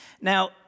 Now